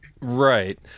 Right